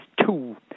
two